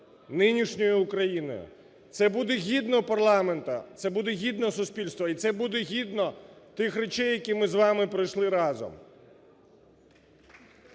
нинішньою Україною. Це буде гідно парламенту, це буде гідно суспільства і це буде гідно тих речей, які ми з вами пройшли разом.